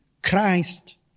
Christ